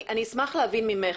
אני אשמח להבין ממך,